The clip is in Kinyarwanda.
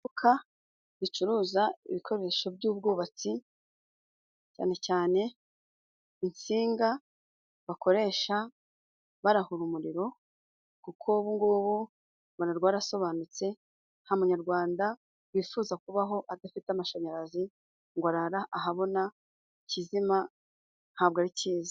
Imodoka zicuruza ibikoresho by'ubwubatsi, cyane cyane insinga bakoresha barahura umuriro, kuko ubu ngubu u Rwanda rwarasobanutse nta munyarwanda wifuza kubaho adafite amashanyarazi ngo arare ahabona, ikizima ntabwo ari cyiza.